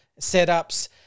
setups